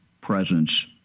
presence